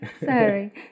Sorry